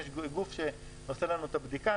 יש גוף שעושה לנו את הבדיקה,